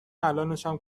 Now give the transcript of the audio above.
الانشم